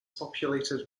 populated